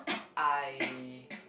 I